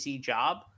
job